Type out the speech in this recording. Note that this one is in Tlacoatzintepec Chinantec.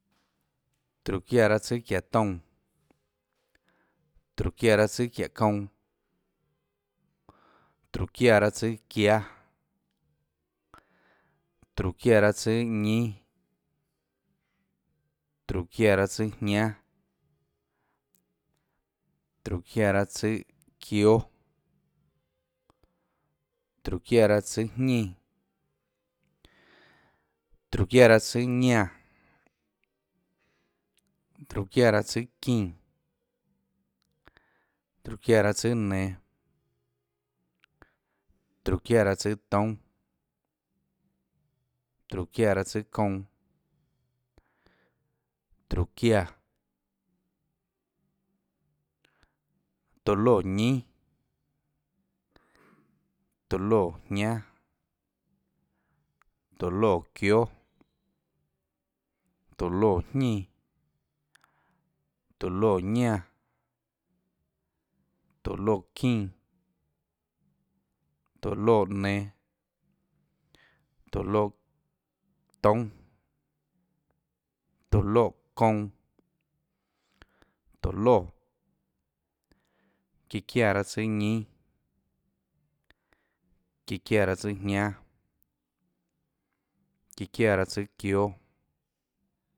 Tróhå çiáã raâ tsùâ çiáhå toúnâ, tróhå çiáã raâ tsùâ çiáhå kounã, tróhå çiáã raâ tsùâ çiáâ, tróhå çiáã raâtsùâ ñínâ, tróhå çiáã raâ tsùâ jñánâ, tróhå çiáã raâ tsùâ çióâ, tróhå çiáã raâ tsùâjñínã, tróhå çiáã raâ tsùâ ñánã, tróhå çiáã raâ tsùâ çínã, tróhå çiáã raâ tsùâ nenå, tróhå çiáã raâ tsùâ toúnâ, tróhå çiáã raâ tsùâ kounã, tróhå çiáã, tóå loè ñínâ, tóå loè jñánâ, tóå loè çióâ, tóå loè jñínã, tóå loè ñánã, tóå loè çínã, tóå loè nenå, tóå loè toúnâ, tóå loè kounã, tóå loè, çíã çiáã raâ tsùâ ñínâ, çiáã raâ tsùâjñánâ, çíã çiáã raâ tsùâ çióâ.